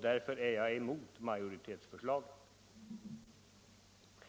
Därför är jag emot majoritetsförslaget.